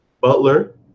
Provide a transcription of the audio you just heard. Butler